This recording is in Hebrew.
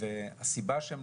הערכנו את העלות רק של הטיפול,